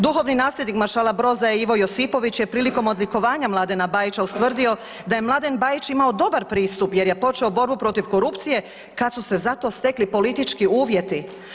Duhovni nasljednik maršala Broza je Ivo Josipović je prilikom odlikovanja Mladena Bajića ustvrdio da je Mladen Bajić imao dobar pristup jer je počeo borbu protiv korupcije kad su se zato stekli politički uvjeti.